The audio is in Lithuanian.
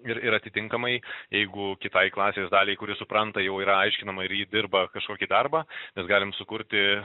ir atitinkamai jeigu kitai klasės daliai kuri supranta jau ir aiškinama ir ji dirba kažkokį darbą mes galim sukurti